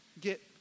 get